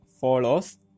follows